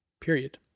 period